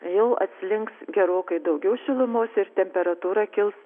jau atslinks gerokai daugiau šilumos ir temperatūra kils